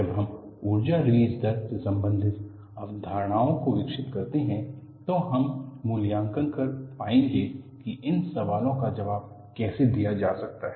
जब हम ऊर्जा रिलीज दर से संबंधित अवधारणाओं को विकसित करते हैं तो हम मूल्यांकन कर पाएंगे कि इन सवालों का जवाब कैसे दिया जा सकता है